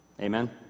Amen